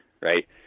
right